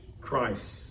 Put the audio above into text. Christ